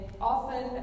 often